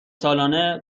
سالانه